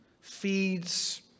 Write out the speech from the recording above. feeds